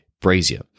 Brazier